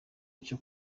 icyo